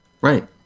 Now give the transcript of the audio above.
Right